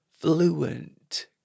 fluent